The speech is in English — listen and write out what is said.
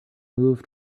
moved